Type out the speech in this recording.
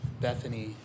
Bethany